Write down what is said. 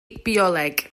bioleg